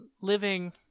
living